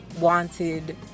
wanted